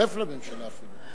להצטרף לממשלה אפילו.